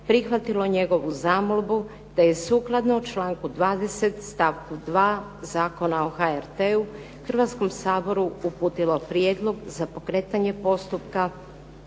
prihvatilo njegovu zamolbu, te je sukladno članku 20. stavku 2. Zakona o HRT-u Hrvatskom saboru uputilo prijedlog za pokretanje postupka